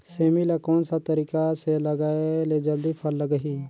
सेमी ला कोन सा तरीका से लगाय ले जल्दी फल लगही?